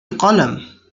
قلم